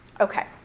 Okay